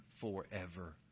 forever